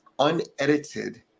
unedited